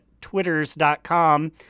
twitters.com